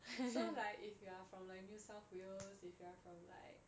so like if you are from like new south wales if you are from like